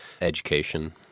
education